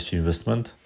investment